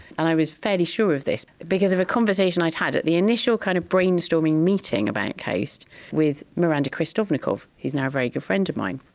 and i was fairly sure of this because of a conversation i'd had at the initial kind of brainstorming meeting about coast with miranda krestovnikoff, who is now a very good friend of mine.